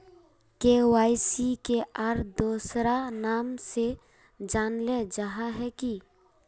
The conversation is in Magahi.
के.वाई.सी के आर दोसरा नाम से जानले जाहा है की?